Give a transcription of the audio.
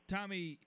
Tommy